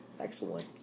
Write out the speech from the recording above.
Excellent